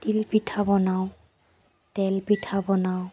তিলপিঠা বনাওঁ তেলপিঠা বনাওঁ